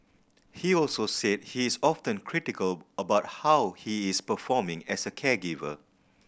he also said he is often critical about how he is performing as a caregiver